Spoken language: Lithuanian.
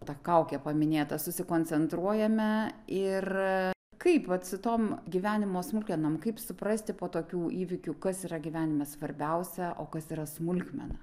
ta kaukė paminėta susikoncentruojame ir kaip vat su tom gyvenimo smulkmenom kaip suprasti po tokių įvykių kas yra gyvenime svarbiausia o kas yra smulkmena